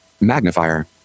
magnifier